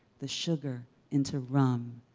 the sugar into rum,